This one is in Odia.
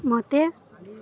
ମୋତେ